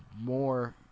more